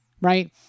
right